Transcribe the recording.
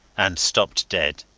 and stopped dead.